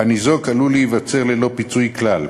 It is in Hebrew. והניזוק עלול להיוותר ללא פיצוי כלל.